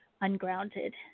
ungrounded